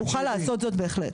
אוכל לעשות זאת בהחלט.